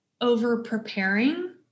over-preparing